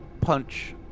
punch